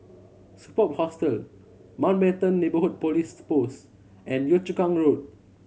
Superb Hostel Mountbatten Neighbourhood Police Post and Yio Chu Kang Road